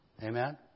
Amen